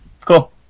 cool